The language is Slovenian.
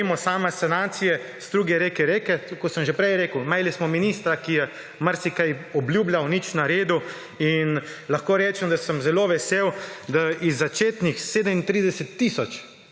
da ne govorim o sami sanaciji struge reke Reke. Tako ko sem že prej rekel, imeli smo ministra, ki je marsikaj obljubljal, nič naredil in lahko rečem, da sem zelo vesel, da iz začetnih 37 tisoč